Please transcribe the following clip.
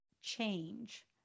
change